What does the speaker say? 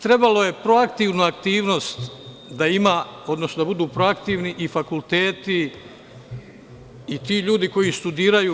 Trebalo je proaktivnu aktivnost da ima, odnosno da budu proaktivni i fakulteti i ti ljudi koji studiraju.